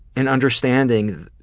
and understanding